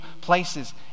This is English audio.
places